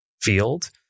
field